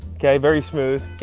ok, very smooth. ok,